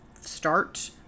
start